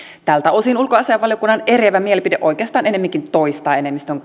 tältä osin ulkoasiainvaliokunnan eriävä mielipide oikeastaan ennemminkin toistaa enemmistön